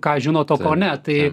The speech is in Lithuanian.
ką žinot o ko ne tai